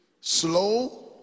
slow